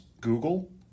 Google